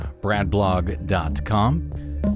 Bradblog.com